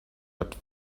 but